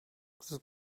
the